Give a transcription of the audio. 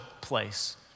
place